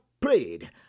prayed